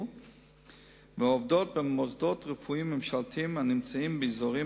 ועובדות במוסדות רפואיים ממשלתיים הנמצאים באזורים